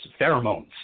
pheromones